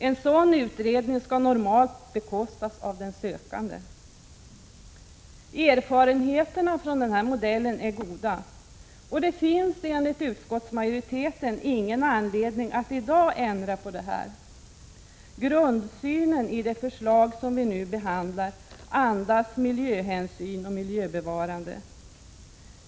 En sådan utredning skall normalt bekostas av den sökande. Erfarenheterna från den här modellen är goda, varför det enligt utskottsmajoriteten inte finns någon anledning att i dag ändra den. Grundsynen i det förslag som vi nu behandlar andas miljöhänsyn och miljöbevarande.